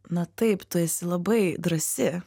na taip tu esi labai drąsi